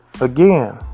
again